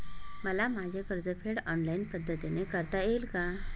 मला माझे कर्जफेड ऑनलाइन पद्धतीने करता येईल का?